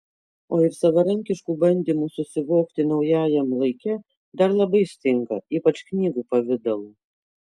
o ir savarankiškų bandymų susivokti naujajam laike dar labai stinga ypač knygų pavidalu